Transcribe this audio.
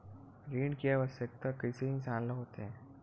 ऋण के आवश्कता कइसे इंसान ला होथे?